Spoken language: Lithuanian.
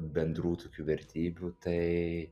bendrų tokių vertybių tai